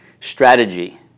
strategy